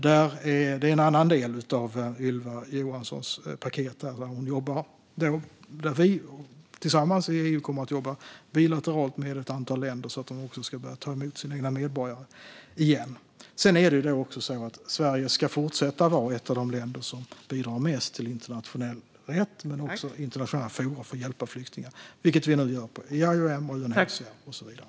Det är en annan del av Ylva Johanssons paket som hon jobbar med. Vi kommer tillsammans i EU att jobba bilateralt med ett antal länder så att de ska börja ta emot sina egna medborgare igen. Sedan ska Sverige fortsätta att vara ett av de länder som bidrar mest till internationell rätt men också i internationella forum för att hjälpa flyktingar, vilket vi nu gör i IOM, UNHCR och så vidare.